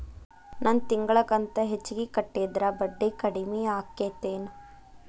ನನ್ ತಿಂಗಳ ಕಂತ ಹೆಚ್ಚಿಗೆ ಕಟ್ಟಿದ್ರ ಬಡ್ಡಿ ಕಡಿಮಿ ಆಕ್ಕೆತೇನು?